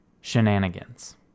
Shenanigans